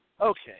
Okay